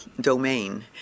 domain